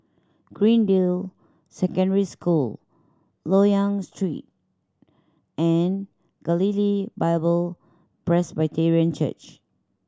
Greendale Secondary School Loyang Street and Galilee Bible Presbyterian Church